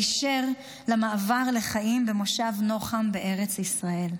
היישר למעבר לחיים במושב נחם בארץ ישראל.